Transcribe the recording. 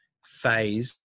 phase